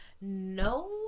No